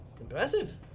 impressive